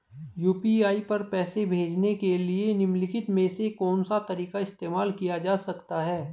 UPI पर पैसे भेजने के लिए निम्नलिखित में से कौन सा तरीका इस्तेमाल किया जा सकता है?